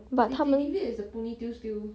but 他们